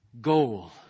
goal